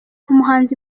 umuhanzi